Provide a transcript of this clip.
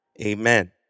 Amen